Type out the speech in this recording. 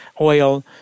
oil